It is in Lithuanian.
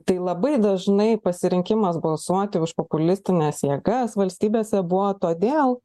tai labai dažnai pasirinkimas balsuoti už populistines jėgas valstybėse buvo todėl